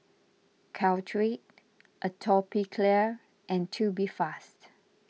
Caltrate Atopiclair and Tubifast